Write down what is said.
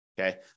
Okay